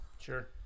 Sure